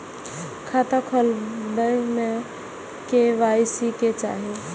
खाता खोला बे में के.वाई.सी के चाहि?